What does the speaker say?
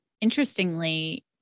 interestingly